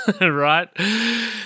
Right